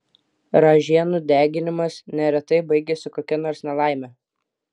ražienų deginimas neretai baigiasi kokia nors nelaime